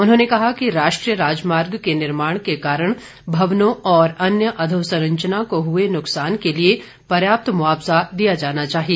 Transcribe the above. उन्होंने कहा कि राष्ट्रीय राजमार्ग के निर्माण के कारण भवनों और अन्य अधोसंरचना को हुए नुकसान के लिए पर्याप्त मुआवजा दिया जाना चाहिए